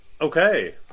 Okay